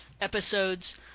episodes